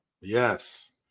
Yes